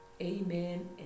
amen